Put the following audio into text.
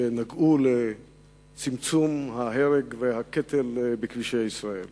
מאמצים גדולים מאוד שנגעו לצמצום ההרג והקטל בכבישי ישראל.